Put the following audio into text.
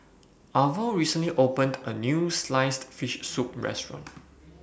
Arvo recently opened A New Sliced Fish Soup Restaurant